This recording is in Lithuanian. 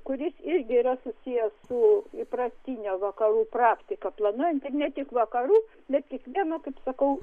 kuris irgi yra susijęs su įprastine vakarų praktika planuojant ne tik vakarų bet kiekvieno kaip sakau